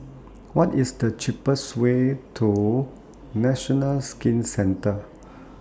What IS The cheapest Way to National Skin Centre